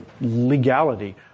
legality